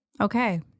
Okay